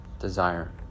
desire